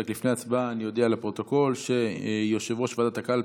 לפני ההצבעה אני אודיע לפרוטוקול שיושב-ראש ועדת הקלפי,